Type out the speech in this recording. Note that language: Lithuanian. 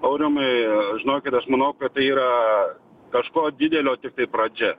aurimai žinokit aš manau kad tai yra kažko didelio tiktai pradžia